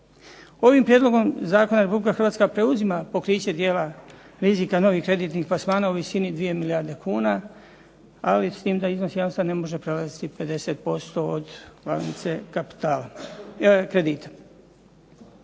Ovim prijedlogom zakona Republika Hrvatska preuzima pokriće dijela rizika novih kreditnih plasmana u visini 2 milijarde kuna, ali s tim da iznos jamstva ne može prelaziti 50% od glavnice